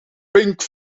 pink